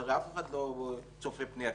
אף אחד לא צופה פני העתיד.